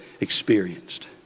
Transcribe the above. experienced